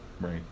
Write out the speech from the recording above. Right